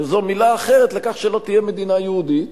שזו מלה אחרת לכך שלא תהיה מדינה יהודית,